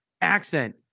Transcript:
accent